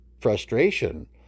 frustration